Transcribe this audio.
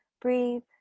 breathe